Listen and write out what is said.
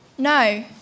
No